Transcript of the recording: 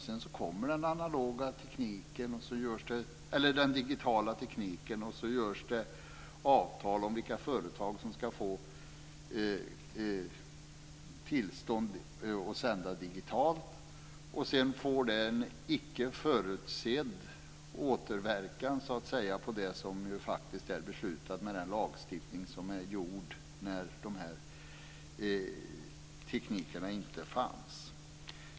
Sedan kommer den digitala tekniken, och det görs avtal om vilka företag som ska få tillstånd att sända digitalt. Sedan får detta en icke förutsedd återverkan så att säga på det som faktiskt är beslutat med den lagstiftning som gjordes när de här teknikerna inte fanns.